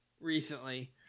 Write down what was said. recently